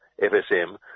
FSM